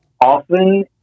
often